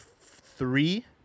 three